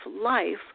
life